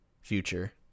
future